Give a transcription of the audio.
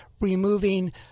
removing